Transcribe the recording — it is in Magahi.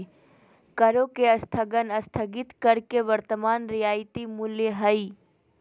करों के स्थगन स्थगित कर के वर्तमान रियायती मूल्य हइ